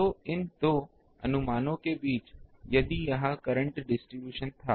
तो इन 2 अनुमानों के बीच यदि यह करंट डिस्ट्रीब्यूशन था